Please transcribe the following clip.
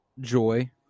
Joy